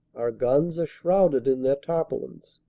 our guns are shrouded in their tarpaulins,